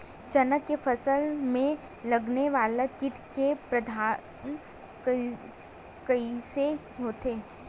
चना के फसल में लगने वाला कीट के प्रबंधन कइसे होथे?